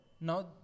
now